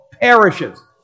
perishes